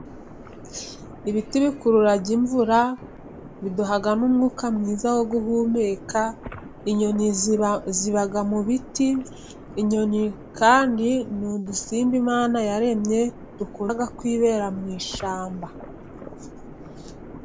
Ibiti bikururara imvura biduha n'umwuka mwiza wo guhumeka, inyoni ziba mu biti, inyoni kandi ni udusimba Imana yaremye dukunda kwibera mu ishyamba.